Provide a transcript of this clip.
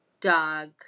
Dog